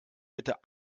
bitte